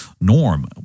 norm